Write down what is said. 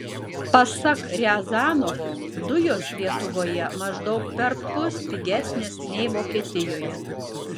pasak riazanovo dujos lietuvoje maždaug perpus pigesnės nei vokietijoje